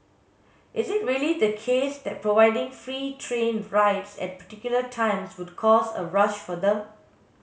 is it really the case that providing free train rides at particular times would cause a rush for them